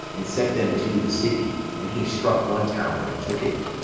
and set them to the city, and he struck one tower, and took it.